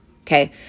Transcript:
Okay